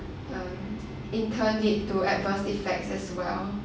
um integrate to advanced effects as well